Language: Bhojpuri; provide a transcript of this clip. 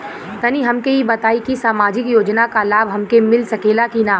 तनि हमके इ बताईं की सामाजिक योजना क लाभ हमके मिल सकेला की ना?